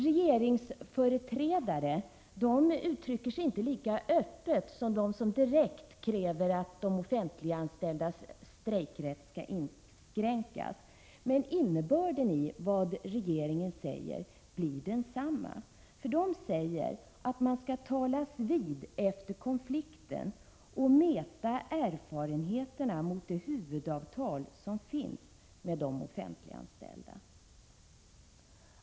Regeringsföreträdare uttrycker sig inte lika öppet som de som direkt kräver att de offentliganställdas strejkrätt skall inskränkas, men innebörden i vad regeringen säger blir densamma. Den säger att man skall talas vid efter konflikten och mäta erfarenheterna mot de huvudavtal som finns med de offentliganställda.